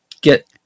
get